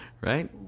right